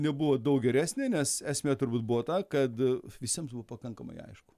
nebuvo daug geresnė nes esmė turbūt buvo ta kad visiems buvo pakankamai aišku